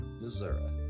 Missouri